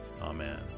amen